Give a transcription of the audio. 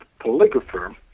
polygrapher